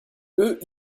eux